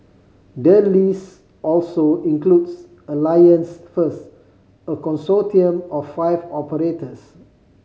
the list also includes Alliance First a consortium of five operators